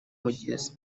mugezi